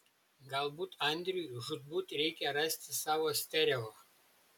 galbūt andriui žūtbūt reikia rasti savo stereo